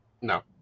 No